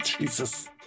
Jesus